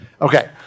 Okay